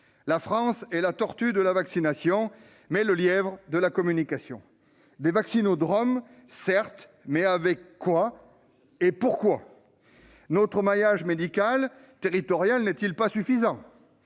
La France est la tortue de la vaccination, mais le lièvre de la communication. Des vaccinodromes, certes, mais avec quoi, et pour quoi ? Notre maillage médical territorial n'est-il pas suffisant ?